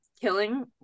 killing